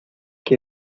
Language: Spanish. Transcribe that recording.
que